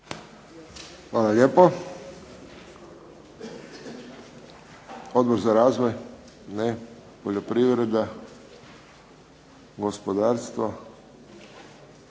Hvala lijepo. Odbor za razvoj? Ne. Poljoprivreda? Gospodarstvo?